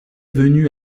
venu